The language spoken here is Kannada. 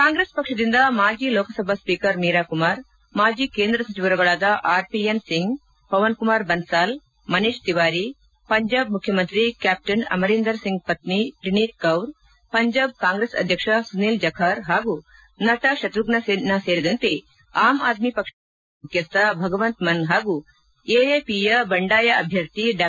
ಕಾಂಗ್ರೆಸ್ ಪಕ್ಷದಿಂದ ಮಾಜಿ ಲೋಕಸಭಾ ಸ್ಪೀಕರ್ ಮೀರಾ ಕುಮಾರ್ ಮಾಜಿ ಕೇಂದ್ರ ಸಚಿವರುಗಳಾದ R P N Singh Pawan Kumar Bansal Manish Tewari Punjab ಮುಖ್ಯಮಂತ್ರಿ ಕ್ಯಾಪ್ಲನ್ ಅಮರೀಂದರ್ ಸಿಂಗ್ ಪತ್ನಿ ಪ್ರಿನೀತ್ ಕೌರ್ ಪಂಜಾಬ್ ಕಾಂಗ್ರೆಸ್ ಅಧ್ಯಕ್ಷ ಸುನಿಲ್ ಜಖಾರ್ ಹಾಗೂ ನಟ ಶತುಘ್ನಾ ಸಿನ್ಹಾ ಸೇರಿದಂತೆ ಆಮ್ ಆದ್ನಿ ಪಕ್ಷದ ಪಂಜಾಬ್ ಫಟಕದ ಮುಖ್ಯಸ್ವ ಭಗವಂತ್ ಮನ್ ಹಾಗೂ ಎಎಪಿ ಯ ಬಂಡಾಯ ಅಭ್ಯರ್ಥಿ ಡಾ